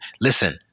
Listen